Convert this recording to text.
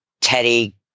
Teddy